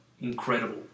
incredible